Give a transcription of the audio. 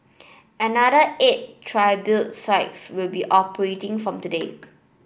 another eight tribute sites will be operating from today